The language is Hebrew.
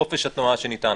חופש התנועה שניתן,